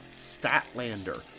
Statlander